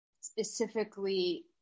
specifically